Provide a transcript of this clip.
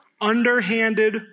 underhanded